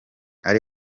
ari